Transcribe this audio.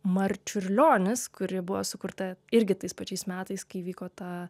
marčiurlionis kuri buvo sukurta irgi tais pačiais metais kai vyko ta